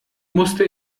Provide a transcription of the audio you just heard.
musste